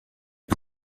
est